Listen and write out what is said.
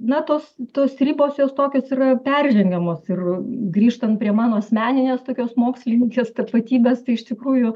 na tos tos ribos jos tokios yra peržengiamos ir grįžtant prie mano asmeninės tokios mokslininkės tapatybės tai iš tikrųjų